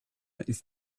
ist